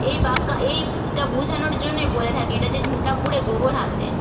এই বাক্যা এইটা বোঝানোর জন্যে বলে থাকে এটা যে ঘুঁটে পুড়ে গোবর হাসে